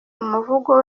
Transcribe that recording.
umuvugo